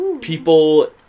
people